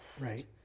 Right